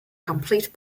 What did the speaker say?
complete